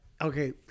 okay